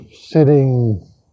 sitting